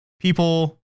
people